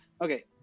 Okay